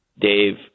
Dave